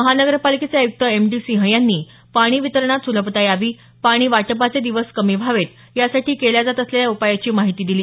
महानगरपालिकेचे आयुक्त M D Singh यांनी पाणी वितरणात सुलभता यावी पाणी वाटपाचे दिवस कमी व्हावेत यासाठी केले जात असलेल्या उपायाची माहिती दिली